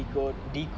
decode